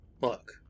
Look